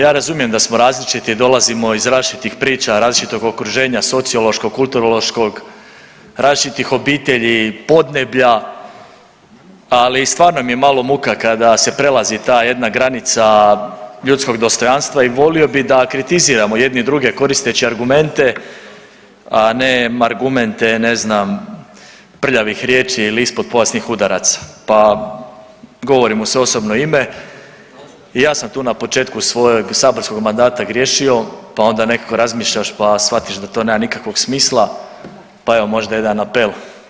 Ja razumijem da smo različiti, dolazimo iz različitih priča, različitog okruženja, sociološkog, kulturološkog, različitih obitelji, podneblja, ali stvarno mi je malo muka kada se prelazi ta jedna granica ljudskog dostojanstva i volio bi da kritiziramo jedni druge koristeći argumente, a ne margumente, ne znam prljavih riječi ili ispod pojasnih udaraca, pa govorim u svoje osobno ime i ja sam tu na početku svojeg saborskog mandata griješio, pa onda nekako razmišljaš, pa shvatiš da to nema nikakvog smisla, pa evo možda jedan apel.